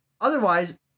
otherwise